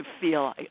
feel